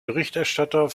berichterstatter